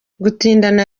gutindana